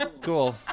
cool